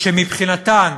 שמבחינתן